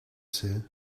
c’est